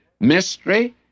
Mystery